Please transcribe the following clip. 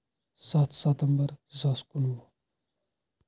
سَتھ سٮ۪تَمبر زٕ ساس کُنوُہ